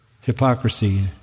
hypocrisy